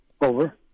Over